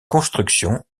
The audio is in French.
construction